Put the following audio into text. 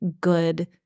good